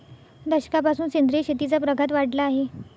दशकापासून सेंद्रिय शेतीचा प्रघात वाढला आहे